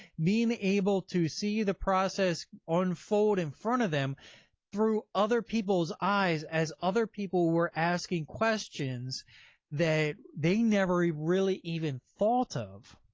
being able to see the process unfold in front of them through other people's eyes, as other people were asking questions that they never really even thought of